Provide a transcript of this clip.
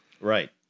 Right